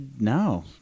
no